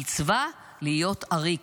המצווה להיות עריק.